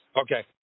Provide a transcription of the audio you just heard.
Okay